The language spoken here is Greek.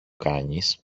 κάνεις